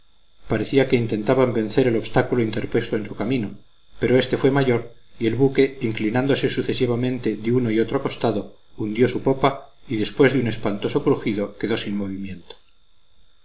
parecía que intentaban vencer el obstáculo interpuesto en su camino pero éste fue mayor y el buque inclinándose sucesivamente de uno y otro costado hundió su popa y después de un espantoso crujido quedó sin movimiento